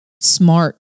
smart